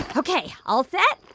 ok. all set?